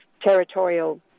territorial